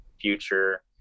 future